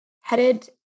headed